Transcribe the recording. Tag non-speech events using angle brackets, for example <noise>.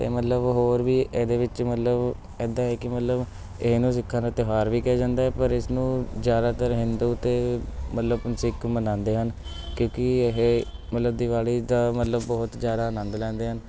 ਅਤੇ ਮਤਲਬ ਹੋਰ ਵੀ ਇਹਦੇ ਵਿੱਚ ਮਤਲਬ ਇੱਦਾਂ ਹੈ ਕਿ ਮਤਲਵ ਇਹਨੂੰ ਸਿੱਖਾਂ ਦਾ ਤਿਉਹਾਰ ਵੀ ਕਿਹਾ ਜਾਂਦਾ ਪਰ ਇਸਨੂੰ ਜ਼ਿਆਦਾਤਰ ਹਿੰਦੂ ਅਤੇ ਮਤਲਵ <unintelligible> ਸਿੱਖ ਮਨਾਉਂਦੇ ਹਨ ਕਿਉਂਕਿ ਇਹ ਮਤਲਵ ਦੀਵਾਲੀ ਦਾ ਮਤਲਬ ਬਹੁਤ ਜ਼ਿਆਦਾ ਆਨੰਦ ਲੈਂਦੇ ਹਨ